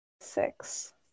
Six